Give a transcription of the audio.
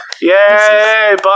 Yay